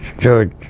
Judge